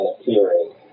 appearing